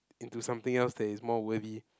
into something else that is more worthy